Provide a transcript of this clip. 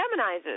feminizes